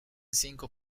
cinco